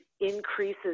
increases